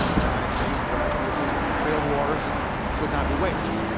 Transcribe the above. and i think that this is failed wars should not be waged.